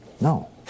No